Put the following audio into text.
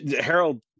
Harold